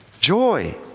Joy